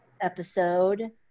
episode